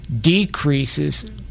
decreases